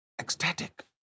ecstatic